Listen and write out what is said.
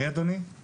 אני משתתף